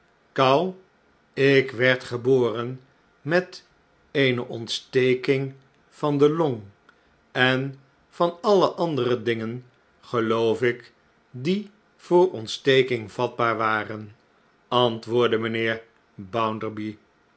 kou ik werd geboren met eene ontsteking van de long en van alle andere dingen geloof ik die voor ontsteking vatbaar waren antwoordde mijnheer